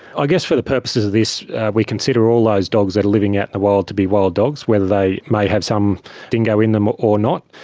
i guess for the purposes of this we consider all those like dogs that are living out in the wild to be wild dogs, whether they may have some dingo in them ah or not.